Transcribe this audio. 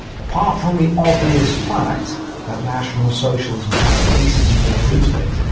apart from the obvious fact that national socialism has racism built into it,